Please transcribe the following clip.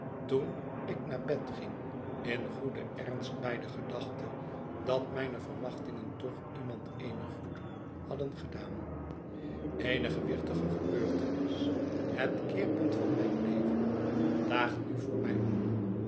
toen ik naar bed ging in goeden ernst bij de gedachte dat mijne verwachtingen toch iemand eenig goed hadden gedaan eene gewichtige gebeurtenis het keerpunt van mijn leven daagt nu voor mij op